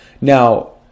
Now